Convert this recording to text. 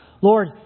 Lord